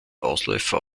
ausläufer